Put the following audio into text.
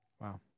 Wow